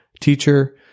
teacher